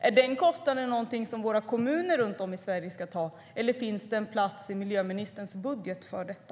Är den kostnaden något som våra kommuner runt om i Sverige ska ta, eller finns det en plats i miljöministerns budget för detta?